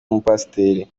umupasiteri